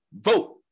vote